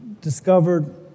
discovered